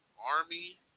army